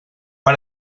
per